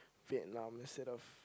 Vietnam instead of